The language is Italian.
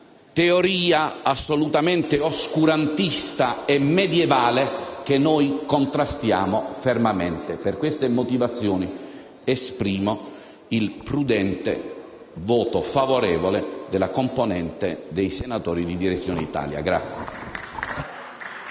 teoria assolutamente oscurantista e medievale che noi contrastiamo fermamente. Per queste motivazioni esprimo il prudente voto favorevole della componente dei senatori di Direzione Italia.